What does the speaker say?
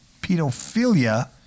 pedophilia